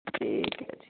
ਠੀਕ ਹੈ ਜੀ